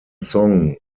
song